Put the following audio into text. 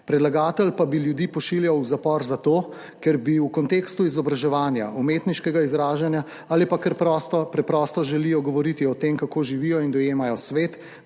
Predlagatelj pa bi ljudi pošiljal v zapor zato, ker bi v kontekstu izobraževanja, umetniškega izražanja ali pa zato, ker preprosto želijo govoriti o tem, kako živijo in dojemajo svet,